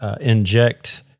inject